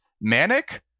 manic